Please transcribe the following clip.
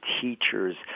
teachers